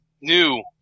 new